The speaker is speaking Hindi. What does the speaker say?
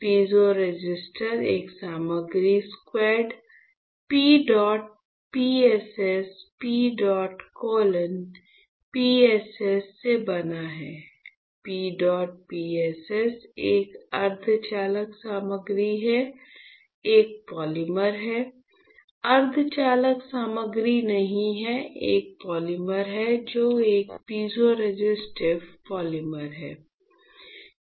पीज़ोरेसिस्टर एक सामग्री quad P dot PSS PEDOT colon PSS से बना है P डॉट PSS एक अर्धचालक सामग्री है एक पॉलीमर है अर्धचालक सामग्री नहीं है एक पॉलीमर हैं जो एक पीज़ोरेसिस्टिव पॉलीमर है